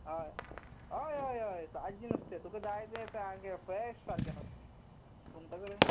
हय हय हय हय ताज्जें नुस्तें तुका जाय तें सामकें फ्रॅश सारकें नुस्तें सुंगटां जाल्या